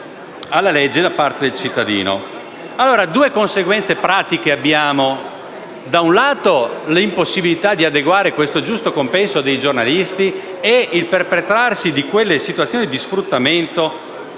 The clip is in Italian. alla legge da parte del cittadino. Abbiamo così due conseguenze pratiche. Da un lato, l'impossibilità di adeguare questo giusto compenso dei giornalisti e il perpetrarsi di quelle situazioni di sfruttamento